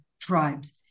tribes